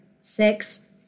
six